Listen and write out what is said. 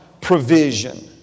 provision